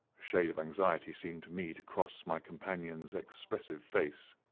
shade of anxiety seemed to me to cross my companion's expressive face.